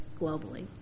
globally